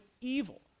evil